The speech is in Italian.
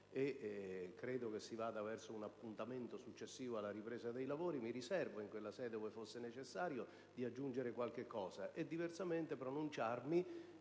Credo che si vada verso un appuntamento successivo alla ripresa dei lavori, e mi riservo in quella sede, ove fosse necessario, di aggiungere qualche cosa e, diversamente, di pronunciarmi